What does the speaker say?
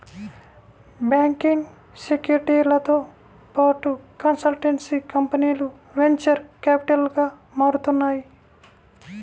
banking, సెక్యూరిటీలతో పాటు consultancy కంపెనీలు వెంచర్ క్యాపిటల్గా మారుతున్నాయి